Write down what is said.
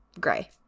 gray